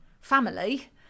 family